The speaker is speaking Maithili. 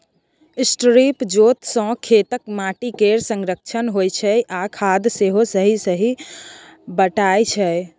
स्ट्रिप जोत सँ खेतक माटि केर संरक्षण होइ छै आ खाद सेहो सही बटाइ छै